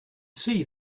see